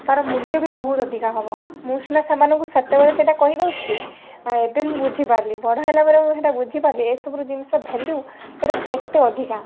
ତାର ମୂଲ୍ୟ ବି ବହୁତ ଅଧିକା ହବ ମୁଁ ସିନା ସେମାନଙ୍କୁ ସେତେବେଳେ ସେଇଟା କହି ଦଉଥିଲି ଏବେ ମୁଁ ବୁଝିପାରଲି ବଡ଼ ହେଲା ପରେ ମୁଁ ହେଟା ବୁଝି ପାରିଲି ଏ ସବୁର ଜିନିଷ ଭ୍ୟାଲ୍ୟୁ ଆର କେତେ ଅଧିକା